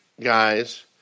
guy's